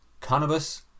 cannabis